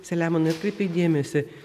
selemonai atkreipkit dėmesį